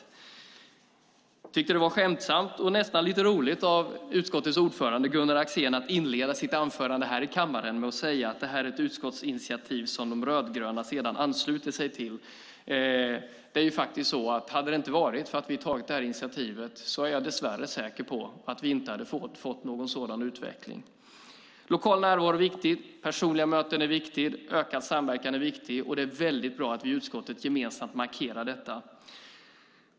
Jag tyckte att det var skämtsamt och nästan lite roligt av utskottets ordförande Gunnar Axén att inleda sitt anförande här i kammaren med att säga att det här är ett utskottsinitiativ som de rödgröna sedan anslöt sig till. Hade vi inte tagit det här initiativet är jag faktiskt dess värre säker på att vi inte hade fått någon sådan här utveckling. Det är viktigt med lokal närvaro, personliga möten och ökad samverkan. Och det är väldigt bra att vi i utskottet gemensamt markerar detta.